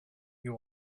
you